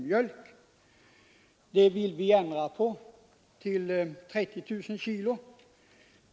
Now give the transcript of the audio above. Det vill vi ändra till 30 000 kg.